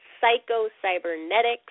Psycho-cybernetics